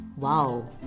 Wow